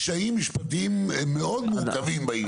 קשיים משפטיים מאוד מורכבים בעניין.